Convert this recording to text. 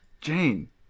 Jane